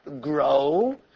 grow